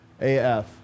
AF